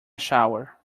shower